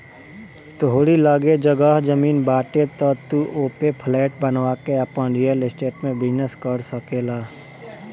तोहरी लगे जगह जमीन बाटे तअ तू ओपे फ्लैट बनवा के आपन रियल स्टेट में बिजनेस कर सकेला